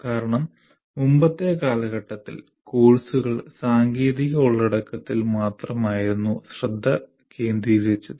കാരണം മുമ്പത്തെ കാലഘട്ടത്തിലെ കോഴ്സുകൾ സാങ്കേതിക ഉള്ളടക്കത്തിൽ മാത്രം ആയിരുന്നു ശ്രദ്ധ കേന്ദ്രീകരിച്ചത്